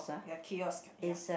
ya kiosk cart ya